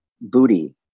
booty